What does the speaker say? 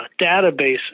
database